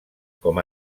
com